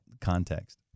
context